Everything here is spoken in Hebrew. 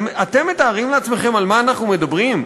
אתם מתארים לעצמכם על מה אנחנו מדברים?